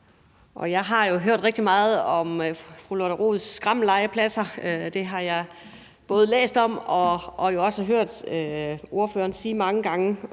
Jeg har jo hørt rigtig meget om fru Lotte Rods skrammellegepladser. Dem har jeg både læst om og også hørt ordføreren tale om mange gange,